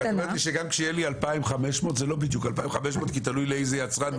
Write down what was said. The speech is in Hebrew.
את אומרת שגם כשיהיה לי 2,500 זה לא בדיוק 2,500 כי תלוי לאיזה יצרן.